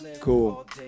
Cool